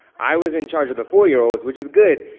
i was in charge of the four-year-olds, which is good,